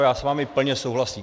Já s vámi plně souhlasím.